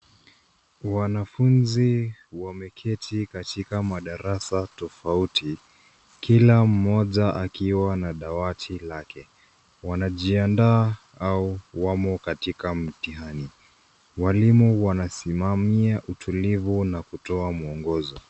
Wanafunzi wameketi katika madarasa tofauti, kila mmoja akiwa na dawati lake. Wanajiandaa au wamo katika mtihani. Walimu wanasimamia utulivu na kutoa mwongozo.